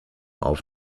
auf